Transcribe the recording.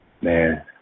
Man